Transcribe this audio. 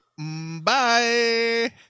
bye